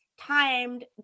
timed